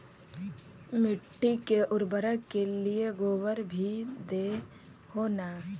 मिट्टी के उर्बरक के लिये गोबर भी दे हो न?